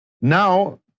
Now